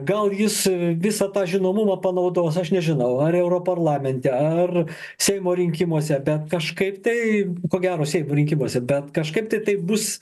gal jis visą tą žinomumą panaudos aš nežinau ar europarlamente ar seimo rinkimuose bet kažkaip tai ko gero seimo rinkimuose bet kažkaip tai tai bus